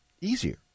easier